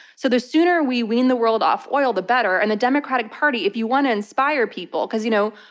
so the sooner we wean the world off oil, the better, and the democratic party, if you want to inspire people, cause you know,